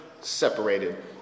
separated